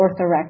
orthorexic